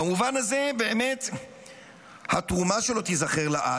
במובן הזה התרומה שלו באמת תיזכר לעד.